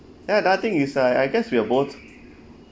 ya nothing is I I guess we are both